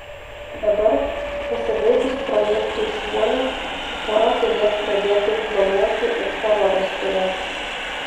dabar pasibaigus projektui šuolis pora galės pradėti planuoti ir savo vestuves